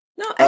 no